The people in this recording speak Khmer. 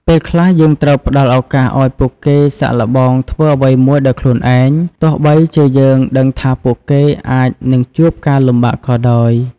ពេលខ្លះ យើងត្រូវផ្តល់ឱកាសឲ្យពួកគេសាកល្បងធ្វើអ្វីមួយដោយខ្លួនឯង ទោះបីជាយើងដឹងថាពួកគេអាចនឹងជួបការលំបាកក៏ដោយ។